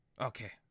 Okay